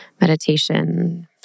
meditation